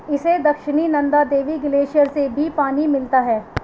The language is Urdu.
اسے دکشنی نندا دیوی گلیشیر سے بھی پانی ملتا ہے